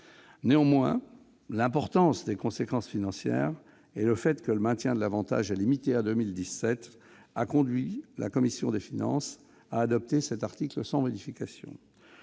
Néanmoins, l'importance des conséquences financières et le fait que le maintien de l'avantage est limité à 2017 ont conduit la commission des finances à adopter cet article sans modification.